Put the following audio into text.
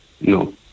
no